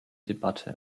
debatte